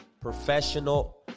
professional